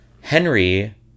Henry